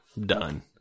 done